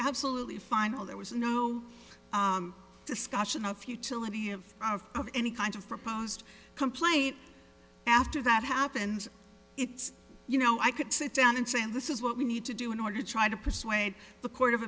absolutely final there was no discussion of futility of of any kind of proposed complaint after that happens it's you know i could sit down and say and this is what we need to do in order to try to persuade the court of